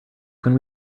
can